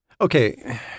okay